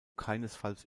keinesfalls